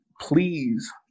Please